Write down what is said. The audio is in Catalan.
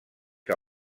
que